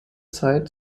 zeit